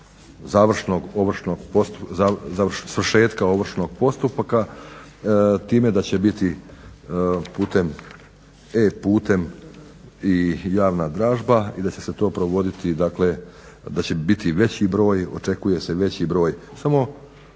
svršetka ovršnog postupka time da će biti e-putem i javna dražba i da će se to provoditi dakle, da će biti veći broj, očekuje se veći broj